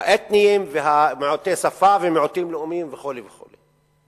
האתניים ומיעוטי שפה ומיעוטים לאומיים וכו' וכו',